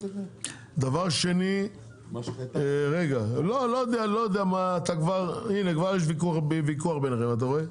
לא יודע מה, הנה כבר יש ויכוח ביניכם אתה רואה?